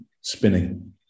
spinning